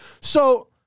So-